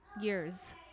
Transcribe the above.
years